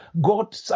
God